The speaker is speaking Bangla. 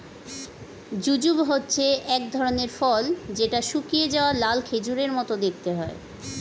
জুজুব হচ্ছে এক ধরনের ফল যেটা শুকিয়ে যাওয়া লাল খেজুরের মত দেখতে হয়